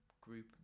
group